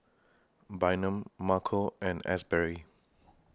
Bynum Marco and Asberry